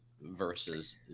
versus